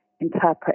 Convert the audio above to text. interpret